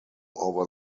over